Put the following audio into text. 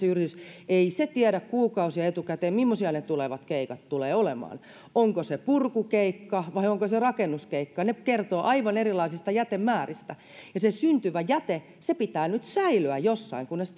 ihmisen yritys ei se tiedä kuukausia etukäteen mimmoisia ne tulevat keikat tulevat olemaan onko se purkukeikka vai onko se rakennuskeikka ne kertovat aivan erilaisista jätemääristä ja se syntyvä jäte pitää nyt säilöä jossain kunnes